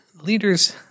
Leaders